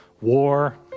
war